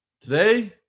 Today